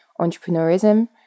entrepreneurism